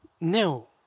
No